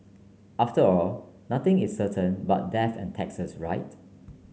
after all nothing is certain but death and taxes right